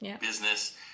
business